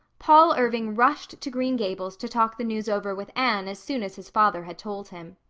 paul irving rushed to green gables to talk the news over with anne as soon as his father had told him.